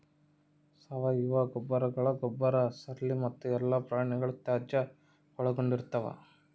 ಸಾವಯವ ಗೊಬ್ಬರಗಳು ಗೊಬ್ಬರ ಸ್ಲರಿ ಮತ್ತು ಎಲ್ಲಾ ಪ್ರಾಣಿಗಳ ತ್ಯಾಜ್ಯಾನ ಒಳಗೊಂಡಿರ್ತವ